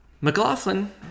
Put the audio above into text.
McLaughlin